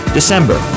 December